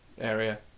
area